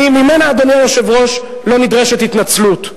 ממנה, אדוני היושב-ראש, לא נדרשת התנצלות.